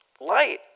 Light